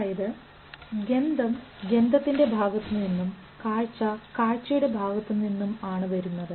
അതായത് ഗന്ധം ഗന്ധത്തിന് ഭാഗത്തുനിന്നും കാഴ്ച കാഴ്ച്ചയുടെ ഭാഗത്തുനിന്നും ആണ് വരുന്നത്